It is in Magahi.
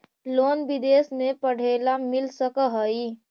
लोन विदेश में पढ़ेला मिल सक हइ?